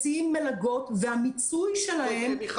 מציעים מלגות והמיצוי שלהם --- מיכל,